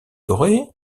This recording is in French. doré